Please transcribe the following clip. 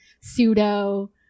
pseudo